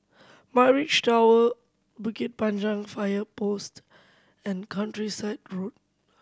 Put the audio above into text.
Mirage Tower Bukit Panjang Fire Post and Countryside Road